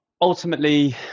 Ultimately